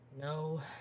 No